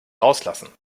rauslassen